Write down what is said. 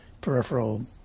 peripheral